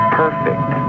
perfect